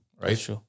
Right